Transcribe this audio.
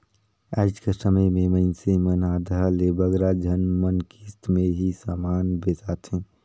आएज कर समे में मइनसे मन आधा ले बगरा झन मन किस्त में ही समान बेसाथें